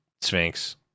sphinx